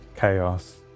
Chaos